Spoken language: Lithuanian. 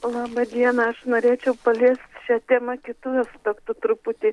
laba diena aš norėčiau paliest šią temą kitu aspektu truputį